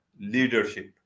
leadership